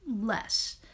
less